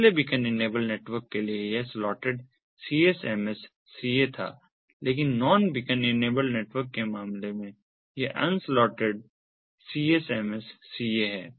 पिछले beacon enabled network के लिए यह स्लॉटेड CSMS CA था लेकिन नॉन बीकन इनेबल्ड नेटवर्क के मामले में यह अन स्लॉटेड CSMS CA है